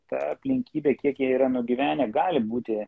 ta aplinkybė kiek jie yra nugyvenę gali būti